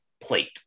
plate